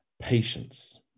patience